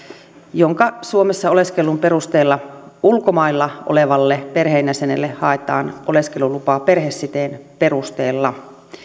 jonka suomessa oleskelun perusteella ulkomailla olevalle perheenjäsenelle haetaan oleskelulupaa perhesiteen perusteella